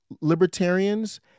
libertarians